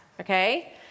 Okay